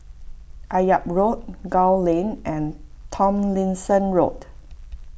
Akyab Road Gul Lane and Tomlinson Road